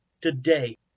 today